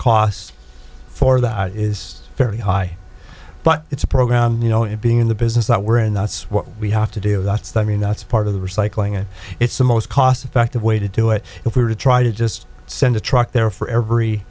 costs for that is very high but it's a program you know and being in the business that we're in that's what we have to do that's the i mean that's part of the recycling and it's the most cost effective way to do it if we were to try to just send a truck there for every